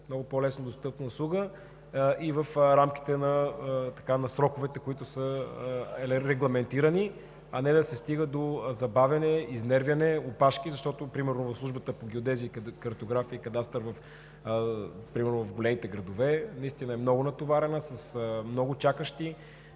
много по-лесно достъпна, в рамките на сроковете, които са регламентирани, а не да се стига до забавяне, изнервяне, опашки, защото службата по геодезия, картография и кадастър в големите градове наистина е много натоварена, с много чакащи.